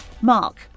Mark